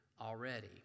already